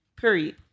Period